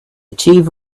achieved